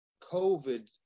covid